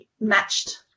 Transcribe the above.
matched